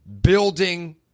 building